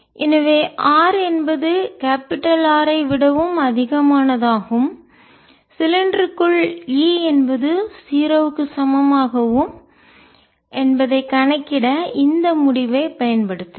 எனவே r என்பது capital R ஐ விடவும் அதிகமானதாகும் சிலிண்டருக்குள் E என்பது 0 க்கு சமமாகவும் என்பதை கணக்கிட இந்த முடிவை பயன்படுத்துவேன்